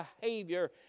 behavior